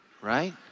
right